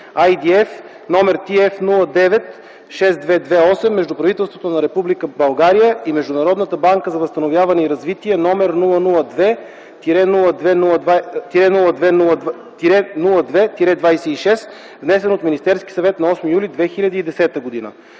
IDF № TF-096228 между правителството на Република България и Международната банка за възстановяване и развитие, № 002-02-26, внесен от Министерския съвет на 8 юли 2010 г.